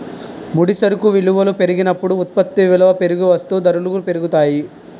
ముడి సరుకు విలువల పెరిగినప్పుడు ఉత్పత్తి విలువ పెరిగి వస్తూ ధరలు పెరుగుతాయి